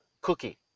cookie